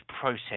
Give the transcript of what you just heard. process